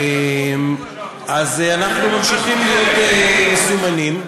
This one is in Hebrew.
אז אנחנו ממשיכים להיות מסומנים,